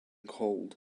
called